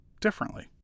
differently